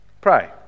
Pray